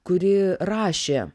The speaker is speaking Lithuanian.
kuri rašė